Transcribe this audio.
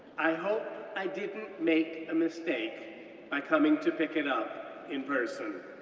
i hope i didn't make a mistake by coming to pick it up in person.